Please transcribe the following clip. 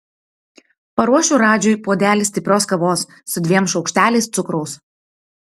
paruošiu radžiui puodelį stiprios kavos su dviem šaukšteliais cukraus